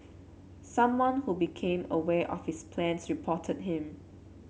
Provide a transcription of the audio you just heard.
someone who became aware of his plans reported him